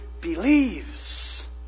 believes